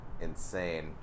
insane